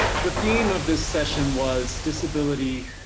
the theme of this session was disability